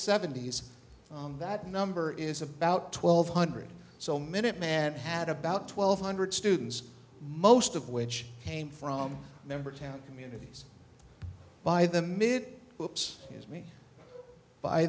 seventy's on that number is about twelve hundred so minuteman had about twelve hundred students most of which came from member town communities by the mid groups as me by